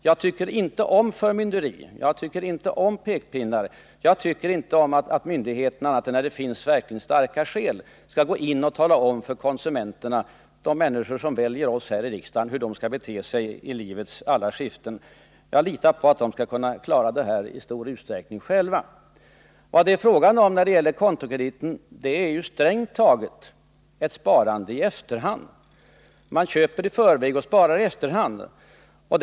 Jag tycker inte om förmynderi och pekpinnar, och jag tycker inte heller om att myndigheterna annat än när det verkligen finns starka skäl härför skall tala om för konsumenterna — de människor som väljer in oss här i riksdagen — hur de skall bete sig i livets alla skiften. Jag litar på att de i stor utsträckning själva skall kunna klara den frågan. Kontokrediten är strängt taget ett sparande i efterhand. Man köper i förväg och sparar efteråt.